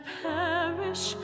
perish